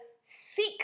seek